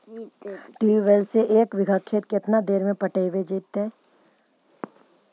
Tubewell से एक बिघा खेत केतना देर में पटैबए जितै?